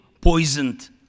poisoned